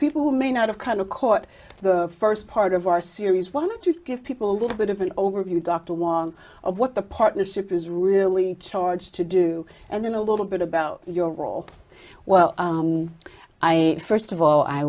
people who may not have kind of caught the first part of our series want to give people a little bit of an overview dr wong of what the partnership is really charged to do and then a little bit about your role well i first of all i